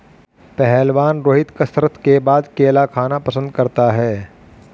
पहलवान रोहित कसरत के बाद केला खाना पसंद करता है